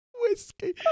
whiskey